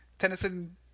Tennyson